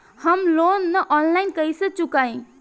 हम loan online कइसे चुकाई?